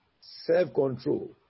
self-control